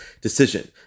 decision